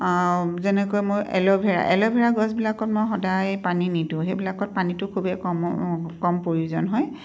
যেনেকৈ মই aloe vera aloe vera গছবিলাকত মই সদায় পানী নিদিওঁ সেইবিলাকত পানীটো খুবেই কম কম প্ৰয়োজন হয়